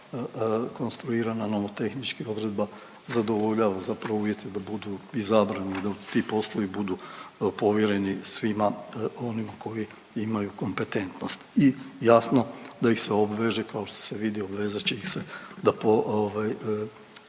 ovakva konstruirana nomotehnički odredba zadovoljava zapravo uvjete da budu izabrani i da ti poslovi budu povjereni svima onima koji imaju kompetentnost i jasno da ih se obveže kao što se vidi obvezat će ih se, da po